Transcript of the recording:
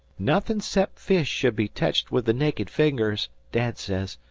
nothin' cep fish should be teched with the naked fingers, dad says.